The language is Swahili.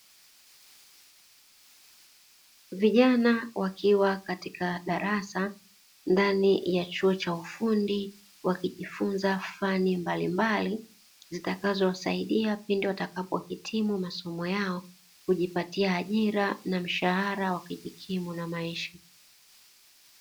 Vijana wakiwa katika darasa ndani ya chuo cha ufundi, wakijifunza fani mbalimbali, zitakazowasaidia pindi watakapohitimu masomo yao, kujipatia ajira na mshahara wa kujikimu na maisha.